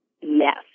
Yes